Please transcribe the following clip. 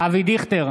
אבי דיכטר,